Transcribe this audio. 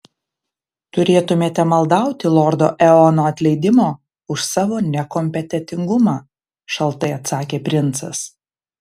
turėtumėte maldauti lordo eono atleidimo už savo nekompetentingumą šaltai atsakė princas